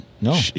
no